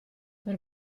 per